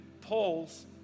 Paul's